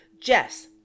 Jess